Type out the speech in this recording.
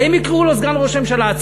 האם יקראו לו סגן ראש הממשלה.